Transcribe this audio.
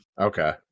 Okay